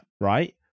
Right